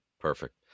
perfect